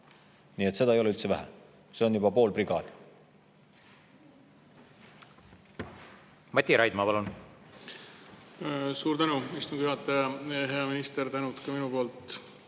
päev! Seda ei ole üldse vähe, see on juba pool brigaadi. Mati Raidma, palun! Suur tänu, istungi juhataja! Hea minister, tänud ka minu poolt